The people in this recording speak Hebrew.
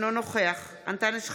אינו נוכח אנטאנס שחאדה,